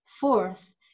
Fourth